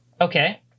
Okay